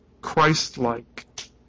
Christ-like